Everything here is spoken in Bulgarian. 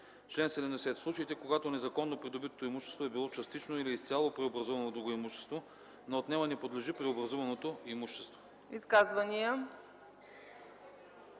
„Чл. 70. В случаите, когато незаконно придобитото имущество е било частично или изцяло преобразувано в друго имущество, на отнемане подлежи преобразуваното имущество.”